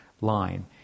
line